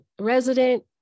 resident